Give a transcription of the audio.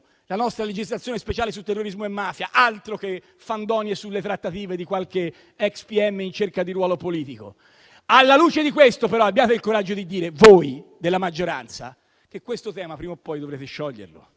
la nostra legislazione speciale su terrorismo e mafia; altro che fandonie sulle trattative di qualche ex pm in cerca di ruolo politico! Alla luce di questo, però, voi della maggioranza abbiate il coraggio di dire che questo tema prima o poi dovrete scioglierlo: